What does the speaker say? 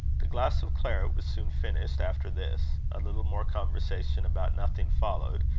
the glass of claret was soon finished after this. a little more conversation about nothing followed,